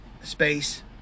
space